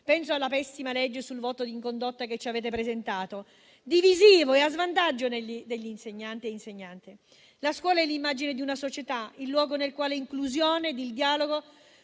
(penso alla pessima norma sul voto in condotta che ci avete presentato), divisivo e a svantaggio degli insegnanti. La scuola è l'immagine di una società, il luogo nel quale inclusione e dialogo